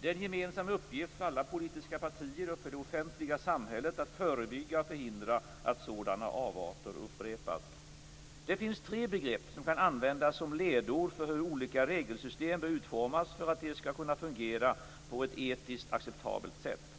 Det är en gemensam uppgift för alla politiska partier och för det offentliga samhället att förebygga och förhindra att sådana avarter upprepas. Det finns tre begrepp som kan användas som ledord för hur olika regelsystem bör utformas för att de skall kunna fungera på ett etiskt acceptabelt sätt.